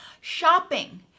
shopping